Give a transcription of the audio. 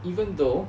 even though